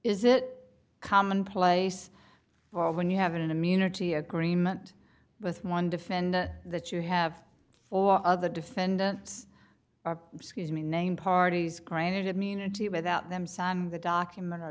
is it commonplace for when you have an immunity agreement with one defend that you have four other defendants are scuse me named parties granted immunity without them sign the document ar